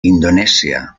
indonesia